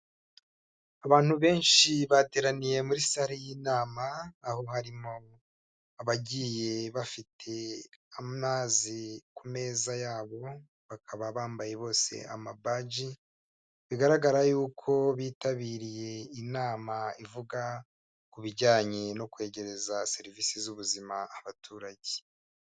Abantu benshi bateraniye muri sare y'inama, aho harimo abagiye bafite amazi ku meza yabo, bakaba bambaye bose amabaji, bigaragara yuko bitabiriye inama ivuga ku bijyanye no kwegereza serivisi z'ubuzima abaturage.